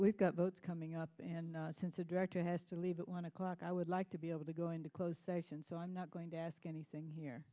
we've got votes coming up and since a director has to leave at one o'clock i would like to be able to go into closed session so i'm not going to ask anything here